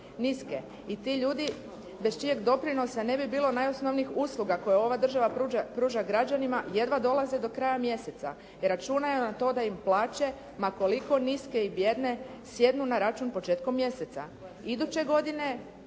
i ti ljudi bez čijeg doprinosa ne bi bilo najosnovnijih usluga koje ova država pruža građanima, jedva dolaze do kraja mjeseca i računaju na to da im plaće, ma koliko niske i bijedne sjednu na račun početkom mjeseca.